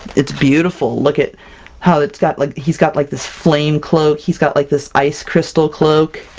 it's beautiful! look at how it's got, like, he's got like this flame cloak, he's got like this ice crystal cloak!